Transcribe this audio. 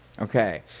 Okay